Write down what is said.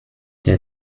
der